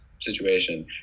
situation